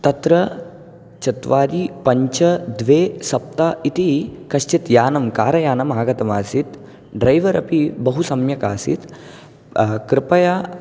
तत्र चत्वारि पञ्च द्वे सप्त इति कश्चित् यानं कारयानं आगतमासीत् ड्रैवर् अपि बहु सम्यक् आसीत् कृपया